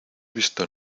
visto